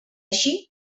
així